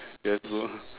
we have to